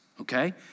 okay